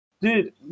dude